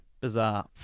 Bizarre